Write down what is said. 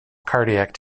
cardiac